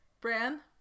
Bran